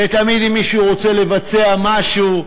ותמיד אם מישהו רוצה לבצע משהו,